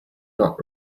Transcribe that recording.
not